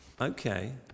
okay